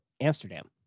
Amsterdam